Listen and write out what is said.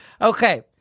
Okay